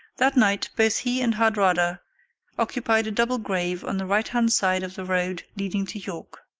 that night both he and hardrada occupied a double grave on the right-hand side of the road leading to york.